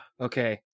Okay